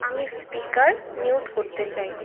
আমি speaker mute করতে চাই